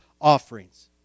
offerings